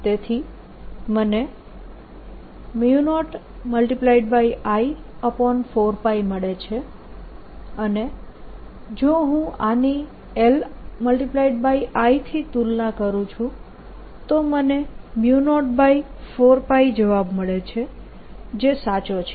તેથી મને 0I4π મળે છે અને જો હું આની LI થી તુલના કરું છું તો મને 04π જવાબ મળે છે જે સાચો છે